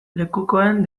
lekukoen